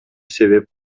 себеп